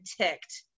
ticked